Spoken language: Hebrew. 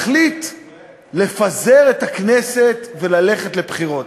מחליט לפזר את הכנסת וללכת לבחירות.